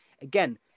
Again